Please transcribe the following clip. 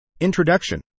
introduction